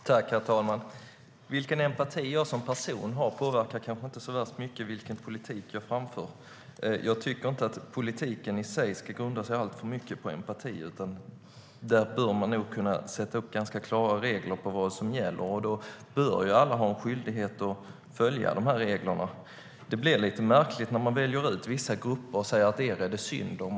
Herr talman! Vilken empati jag som person har påverkar kanske inte så värst mycket vilken politik jag för. Jag tycker inte att politik ska grunda sig alltför mycket på empati, utan här bör man kunna sätta upp ganska klara regler för vad som gäller som alla ska ha en skyldighet att följa. Det blir märkligt när man väljer ut vissa grupper och säger: Er är det synd om.